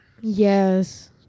Yes